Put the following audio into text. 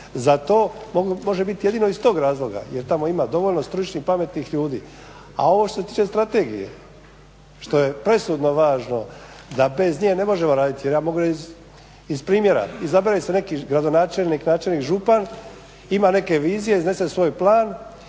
za to može biti jedino iz tog razloga jer tamo ima dovoljno stručnih i pametnih ljudi. A ovo što se tiče strategije, što je presudno važno da bez nje ne možemo raditi jer ja mogu reći iz primjera, izabere se neki gradonačelnik, načelnik, župan ima neke vizije, iznese svoj plan,